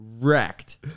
wrecked